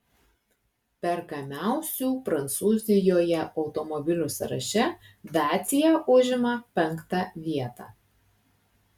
perkamiausių prancūzijoje automobilių sąraše dacia užima penktą vietą